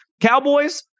Cowboys